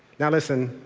now listen,